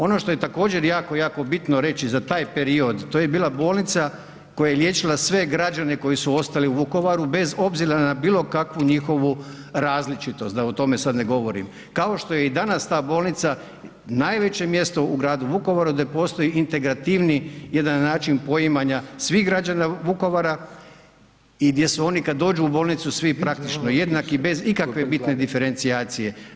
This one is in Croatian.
Ono što je također jako, jako bitno reći za taj period to je bila bolnica koja je liječila sve građane koji su ostali u Vukovaru bez obzira na bilo kakvu njihovu različitost da o tome sad ne govorim, kao što je i danas ta bolnica najveće mjesto u gradu Vukovaru gdje postoji integrativni jedan način poimanja svih građana Vukovara i gdje su oni kad dođu u bolnicu svi praktično jednaki bez ikakve bitne diferencijacije.